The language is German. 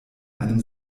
einem